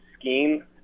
scheme